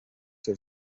have